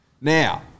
Now